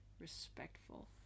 respectful